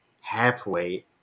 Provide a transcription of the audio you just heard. halfway